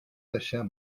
deixar